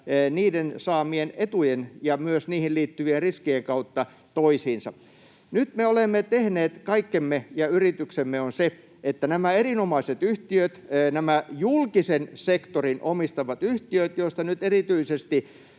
niiden saamien etujen ja myös niihin liittyvien riskien kautta toisiinsa. Nyt me olemme tehneet kaikkemme, ja yrityksemme on se, että nämä erinomaiset yhtiöt, nämä julkisen sektorin omistamat yhtiöt, joista nyt erityisesti